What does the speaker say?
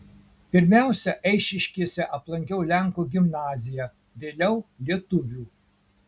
pirmiausia eišiškėse aplankiau lenkų gimnaziją vėliau lietuvių